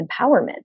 empowerment